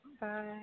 Bye